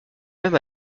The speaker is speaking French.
même